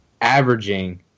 averaging